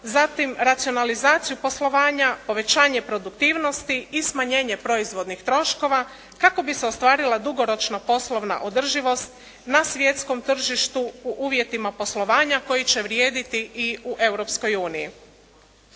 zatim racionalizaciju poslovanja, povećanje produktivnosti i smanjenje proizvodnih troškova kako bi se ostvarila dugoročna poslovna održivost na svjetskom tržištu u uvjetima poslovanja koji će vrijediti i u